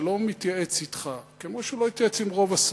שלא מתייעץ אתך כמו שהוא לא התייעץ עם רוב השרים,